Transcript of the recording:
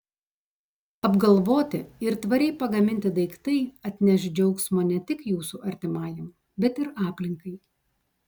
apgalvoti ir tvariai pagaminti daiktai atneš džiaugsmo ne tik jūsų artimajam bet ir aplinkai